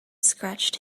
scratched